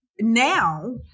now